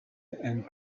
and